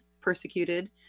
persecuted